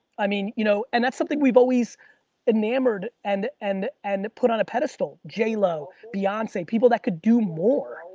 i mean, you know and that's something we've always enamored and and and put on a pedestal. jlo, beyonce, people that could do more,